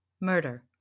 MURDER